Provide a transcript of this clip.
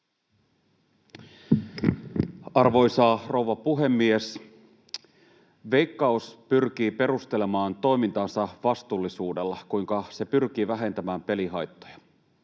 Arvoisa rouva puhemies! Veikkaus pyrkii perustelemaan toimintaansa vastuullisuudella, sillä, kuinka se pyrkii vähentämään pelihaittoja.